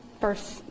first